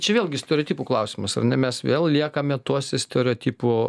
čia vėlgi stereotipų klausimas ar ne mes vėl liekame tuose stereotipų